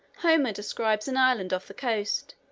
homer describes an island off the coast,